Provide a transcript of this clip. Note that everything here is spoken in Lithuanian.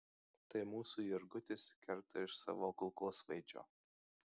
tai mūsų jurgutis kerta iš savo kulkosvaidžio